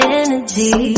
energy